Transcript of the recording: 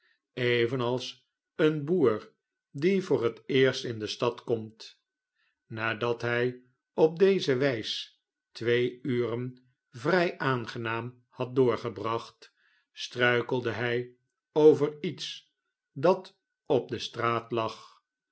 evenals een boer die voor net eerst in de stad komt nadat hij op deze wh's twee uren vrij aangenaatn had doorgebracht slruikelde hij over iets dat op de straat lag